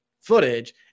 footage